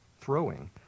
throwing